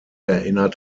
erinnert